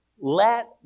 Let